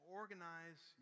organize